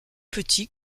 petit